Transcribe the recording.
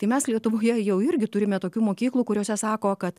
tai mes lietuvoje jau irgi turime tokių mokyklų kuriose sako kad